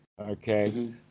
okay